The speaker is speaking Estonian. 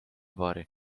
paari